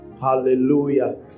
Hallelujah